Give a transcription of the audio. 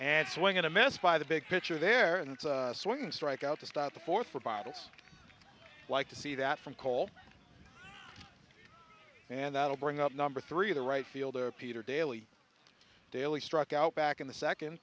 and swinging a mass by the big picture there and swinging strike out to stop the forth for bottles like to see that from cole and that'll bring up number three the right fielder peter daly daily struck out back in the second